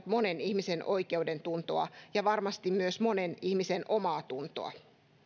monen ihmisen oikeudentuntoa ja varmasti myös monen ihmisen omaatuntoa